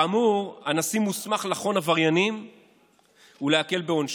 כאמור, הנשיא מוסמך לחון עבריינים ולהקל בעונשם.